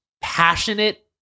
passionate